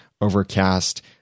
Overcast